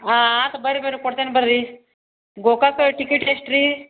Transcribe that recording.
ಹಾಂ ಆತು ಬರ್ರಿ ಬರ್ರಿ ಕೊಡ್ತೇನೆ ಬರ್ರಿ ಗೋಕಾಕ್ ಟಿಕೆಟ್ ಎಷ್ಟು ರೀ